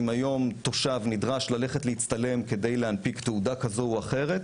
אם היום תושב נדרש ללכת להצטלם כדי להנפיק תעודה כזו או אחרת,